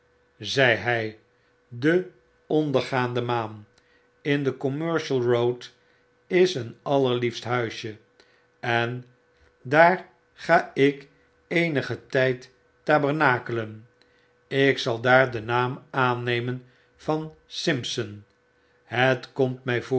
zei hy de ondergaandemaan in de commercial eoad is een allerliefst huisje en daar ga ik eenigen tyd tabernakelen ik zal daar den naam aannemen van simpson het komt my voor